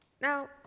Now